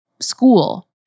school